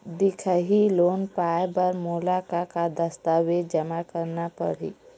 दिखाही लोन पाए बर मोला का का दस्तावेज जमा करना पड़ही?